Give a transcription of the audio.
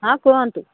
ହଁ କୁହନ୍ତୁ